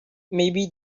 maybe